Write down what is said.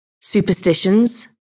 Superstitions